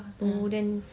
hmm